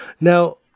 Now